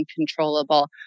uncontrollable